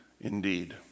indeed